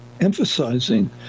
emphasizing